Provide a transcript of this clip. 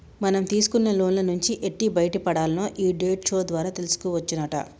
మనం తీసుకున్న లోన్ల నుంచి ఎట్టి బయటపడాల్నో ఈ డెట్ షో ద్వారా తెలుసుకోవచ్చునట